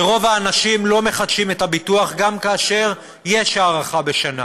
לרוב האנשים לא מחדשים את הביטוח גם כאשר יש הארכה בשנה.